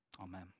Amen